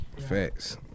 facts